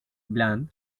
bland